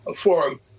forum